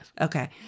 Okay